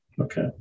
Okay